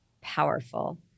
powerful